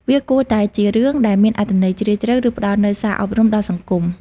វាគួរតែជារឿងដែលមានអត្ថន័យជ្រាលជ្រៅ ឬផ្តល់នូវសារអប់រំដល់សង្គម។